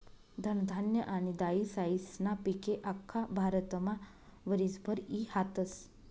धनधान्य आनी दायीसायीस्ना पिके आख्खा भारतमा वरीसभर ई हातस